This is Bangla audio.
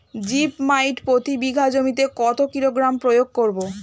জিপ মাইট প্রতি বিঘা জমিতে কত কিলোগ্রাম প্রয়োগ করব?